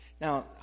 Now